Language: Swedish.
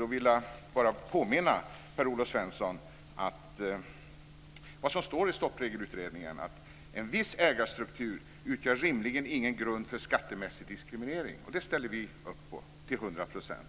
Jag vill bara påminna Per-Olof Svensson om vad som står i Stoppregelutredningen. Det står att en viss ägarstruktur utgör rimligen ingen grund för skattemässig diskriminering, och det ställer vi upp på till hundra procent,